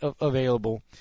available